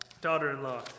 daughter-in-law